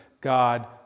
God